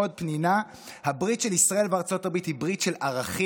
עוד פנינה: "הברית של ישראל וארצות הברית היא ברית של ערכים,